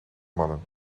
mannen